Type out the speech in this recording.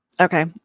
okay